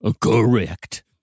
Correct